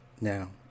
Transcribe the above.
now